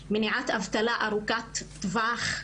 מניעת אבטלה ארוכת טווח.